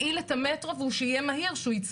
את הטענות של